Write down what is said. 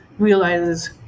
realizes